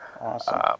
Awesome